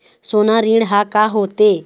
सोना ऋण हा का होते?